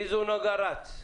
נגה רץ,